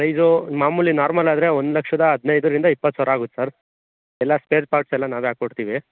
price ಮಾಮೂಲಿ normal ಆದರೆ ಒಂದು ಲಕ್ಷದ ಹದಿನೈದರಿಂದ ಇಪ್ಪತ್ತು ಸಾವಿರ ಆಗುತ್ತೆ ಸರ್ ಎಲ್ಲ ಸ್ಟೇರ್ ಪಾರ್ಟ್ಸ್ ಎಲ್ಲ ನಾವೇ ಹಾಕ್ಕೊಡ್ತಿವಿ